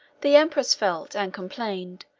the empress felt, and complained,